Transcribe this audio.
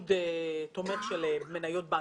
עמוד תומך של מניות בנקים,